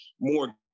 more